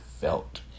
felt